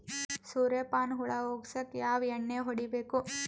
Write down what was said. ಸುರ್ಯಪಾನ ಹುಳ ಹೊಗಸಕ ಯಾವ ಎಣ್ಣೆ ಹೊಡಿಬೇಕು?